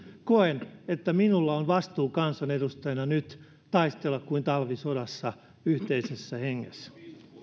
koen että minulla on vastuu kansanedustajana nyt taistella kuin talvisodassa yhteisessä hengessä